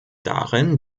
darin